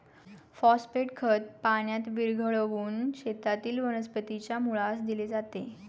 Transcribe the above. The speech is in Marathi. फॉस्फेट खत पाण्यात विरघळवून शेतातील वनस्पतीच्या मुळास दिले जाते